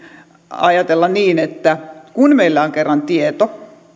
ajatella niin että kun meillä on kerran tieto